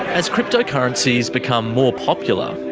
as cryptocurrencies become more popular,